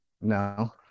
no